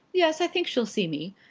yes, i think she'll see me.